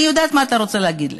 אני יודעת מה אתה רוצה להגיד לי.